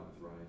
right